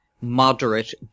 moderate